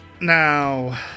Now